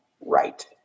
right